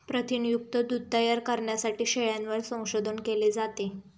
प्रथिनयुक्त दूध तयार करण्यासाठी शेळ्यांवर संशोधन केले जाते